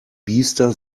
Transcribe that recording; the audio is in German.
biester